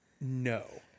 No